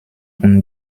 und